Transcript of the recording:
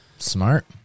Smart